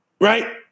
Right